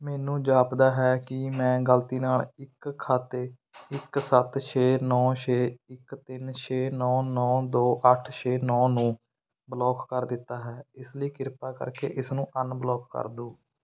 ਮੈਨੂੰ ਜਾਪਦਾ ਹੈ ਕਿ ਮੈਂ ਗਲਤੀ ਨਾਲ ਇੱਕ ਖਾਤੇ ਇੱਕ ਸੱਤ ਛੇ ਨੌ ਛੇ ਇੱਕ ਤਿੰਨ ਛੇ ਨੌ ਨੌ ਦੋ ਅੱਠ ਛੇ ਨੌ ਨੂੰ ਬਲੌਕ ਕਰ ਦਿੱਤਾ ਹੈ ਇਸ ਲਈ ਕਿਰਪਾ ਕਰਕੇ ਇਸਨੂੰ ਅਨਬਲੌਕ ਕਰ ਦਿਉ